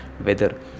weather